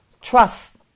trust